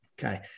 Okay